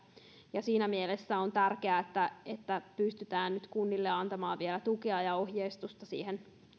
siinä mielessä on tärkeää että että pystytään nyt kunnille antamaan vielä tukea ja ohjeistusta siihen